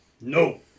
No